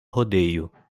rodeio